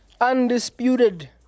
undisputed